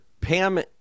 Pam